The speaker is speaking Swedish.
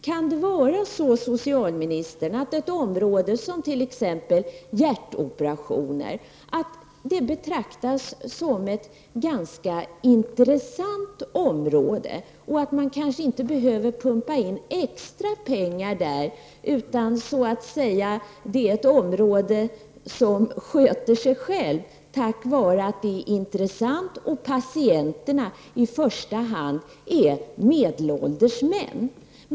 Kan det vara så, socialministern, att ett område som t.ex. hjärtoperationer betraktas som ganska intressant och att man kanske inte behöver pumpa in extra pengar där? Det kanske är ett område som sköter sig självt, tack vare att det är intressant och att patienterna i första hand utgörs av medelålders män.